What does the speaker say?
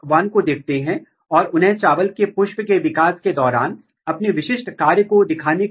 यहां तक कि 10 से कम पत्तियां बनाई जाती हैं और पौधे पहले ही पुष्पीयकरण की प्रक्रिया से गुजर चुके होते हैं